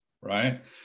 right